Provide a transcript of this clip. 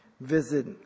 visit